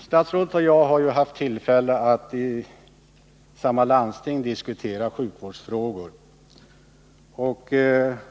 Statsrådet och jag har haft tillfälle att i vårt landsting diskutera sjukvårdsfrågor.